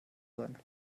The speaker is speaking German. sein